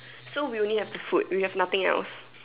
so we only have the food we have nothing else